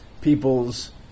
people's